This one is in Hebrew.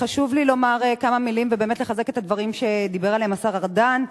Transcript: חשוב לי לומר כמה מלים ובאמת לחזק את הדברים שדיבר עליהם השר ארדן.